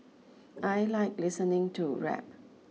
I like listening to rap